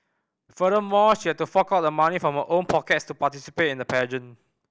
furthermore she had to fork out the money from her own pockets to participate in the pageant